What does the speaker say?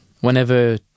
whenever